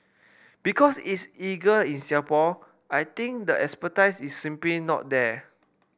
because it's illegal in Singapore I think the expertise is simply not there